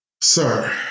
Sir